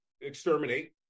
exterminate